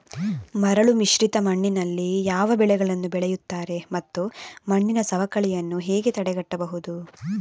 ಮರಳುಮಿಶ್ರಿತ ಮಣ್ಣಿನಲ್ಲಿ ಯಾವ ಬೆಳೆಗಳನ್ನು ಬೆಳೆಯುತ್ತಾರೆ ಮತ್ತು ಮಣ್ಣಿನ ಸವಕಳಿಯನ್ನು ಹೇಗೆ ತಡೆಗಟ್ಟಬಹುದು?